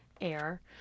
air